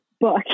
book